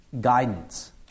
guidance